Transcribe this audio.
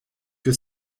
que